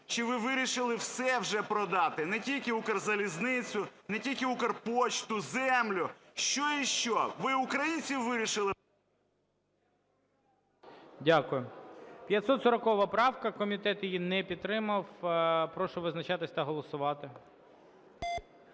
Чи ви вирішили все вже продати, не тільки "Укрзалізницю", не тільки "Укрпошту", землю? Що ще? Ви українців вирішили… ГОЛОВУЮЧИЙ. Дякую. 540 правка. Комітет її не підтримав. Прошу визначатися та голосувати.